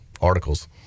articles